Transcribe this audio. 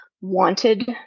wanted